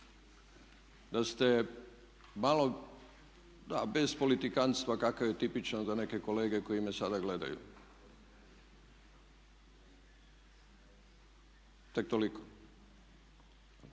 Da ste malo, bez politikantstva kakav je tipičan za neke kolege koji me sada gledaju, tek toliko.